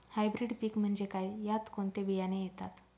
Hybrid पीक म्हणजे काय? यात कोणते बियाणे येतात?